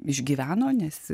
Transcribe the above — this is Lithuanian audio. išgyveno nes